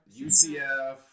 UCF